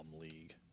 league